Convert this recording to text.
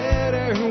better